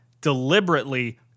deliberately